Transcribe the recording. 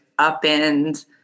upend